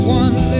one